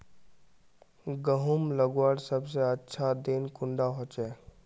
गहुम लगवार सबसे अच्छा दिन कुंडा होचे?